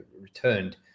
returned